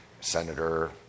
Senator